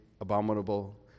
abominable